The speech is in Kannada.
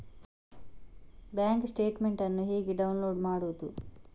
ಬ್ಯಾಂಕ್ ಸ್ಟೇಟ್ಮೆಂಟ್ ಅನ್ನು ಹೇಗೆ ಡೌನ್ಲೋಡ್ ಮಾಡುವುದು?